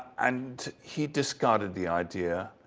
and he discarded the idea.